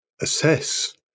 assess